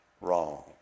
wrong